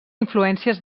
influències